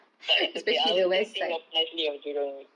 but it's okay I will still think of nicely of jurong